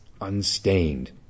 unstained